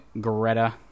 Greta